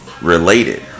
related